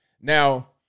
Now